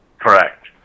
Correct